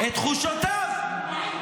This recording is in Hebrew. -- את תחושותיו.